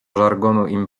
żargonu